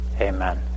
amen